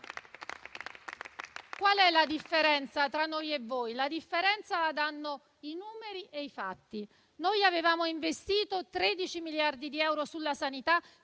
Qual è la differenza tra noi e voi? La differenza la fanno i numeri e i fatti. Noi avevamo investito 13 miliardi di euro sulla sanità,